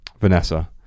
Vanessa